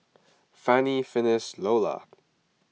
Fanny Finis Lolla